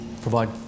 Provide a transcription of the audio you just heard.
provide